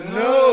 no